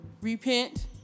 repent